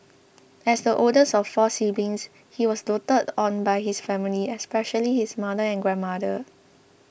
as the oldest of four siblings he was doted on by his family especially his mother and grandmother